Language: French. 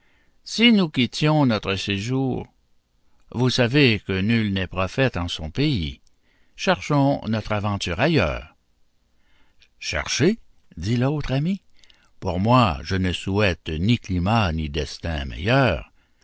si nous quittions notre séjour vous savez que nul n'est prophète en son pays cherchons notre aventure ailleurs cherchez dit l'autre ami pour moi je ne souhaite ni climats ni destins meilleurs